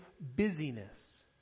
busyness